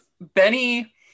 benny